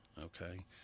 Okay